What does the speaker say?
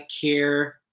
care